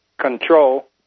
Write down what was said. control